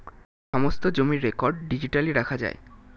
সমস্ত জমির record digitally রাখা যায়